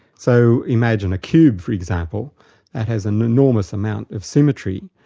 so imagine a cube for example that has an enormous amount of symmetry,